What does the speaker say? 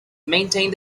maintained